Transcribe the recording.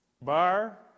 Bar